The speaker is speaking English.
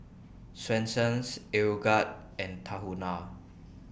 Swensens Aeroguard and Tahuna